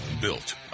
Built